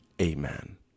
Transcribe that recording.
Amen